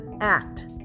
act